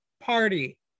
Party